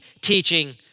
teaching